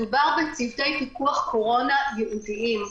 מדובר בצוותי פיקוח קורונה בלעדיים,